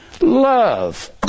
love